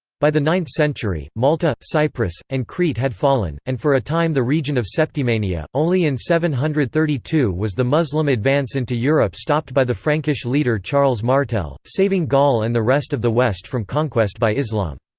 by the ninth century, malta, cyprus, and crete had fallen and for a time the region of septimania only in seven hundred and thirty two was the muslim advance into europe stopped by the frankish leader charles martel, saving gaul and the rest of the west from conquest by islam.